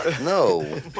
No